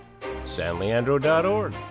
sanleandro.org